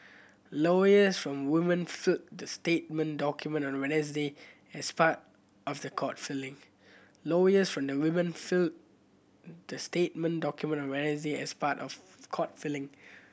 lawyers for the women filed the settlement documents on Wednesday as part of the court filing lawyers for the women filed the settlement documents on Wednesday as part of court filling